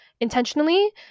Intentionally